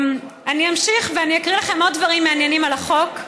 אני אמשיך ואקריא לכם עוד דברים מעניינים על החוק.